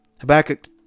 Habakkuk